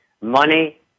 money